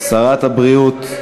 שרת הבריאות,